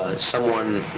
someone,